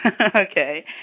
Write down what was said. Okay